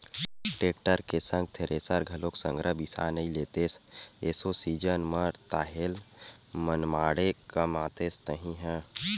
tractor के संग thresher घलोक संघरा बिसा नइ लेतेस एसो सीजन म ताहले मनमाड़े कमातेस तही ह